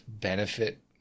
benefit